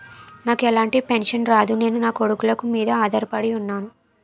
నాకు ఎలాంటి పెన్షన్ రాదు నేను నాకొడుకుల మీద ఆధార్ పడి ఉన్నాను